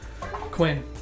Quinn